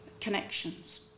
connections